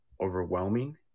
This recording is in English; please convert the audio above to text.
overwhelming